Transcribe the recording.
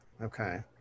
okay